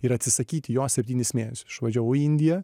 ir atsisakyti jo septynis mėnesius išvažiavau į indiją